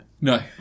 no